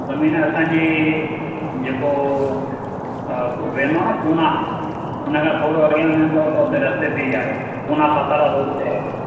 ज़मीन असांजी जेको वेंदो आ न पुणे हुनखां थोरो अॻियां वेंदो त रस्ते ते ई आहे पुणे सतारा रोड ते आहे